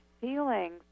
feelings